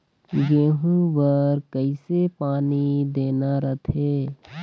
गेहूं बर कइसे पानी देना रथे?